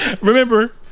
Remember